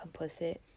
complicit